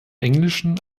englischen